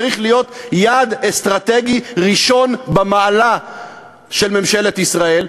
זה צריך להיות יעד אסטרטגי ראשון במעלה של ממשלת ישראל.